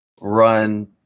run